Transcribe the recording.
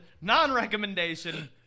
non-recommendation